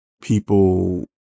people